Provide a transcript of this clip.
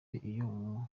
iyo